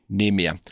nimiä